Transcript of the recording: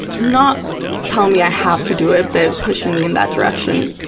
not telling me i have to do it, but pushing me in that direction.